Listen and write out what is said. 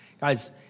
Guys